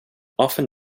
often